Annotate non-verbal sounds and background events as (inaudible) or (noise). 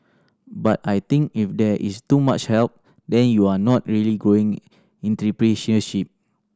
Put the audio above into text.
but I think if there is too much help then you are not really growing (unintelligible)